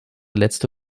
letzte